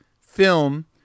film